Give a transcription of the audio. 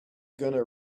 gonna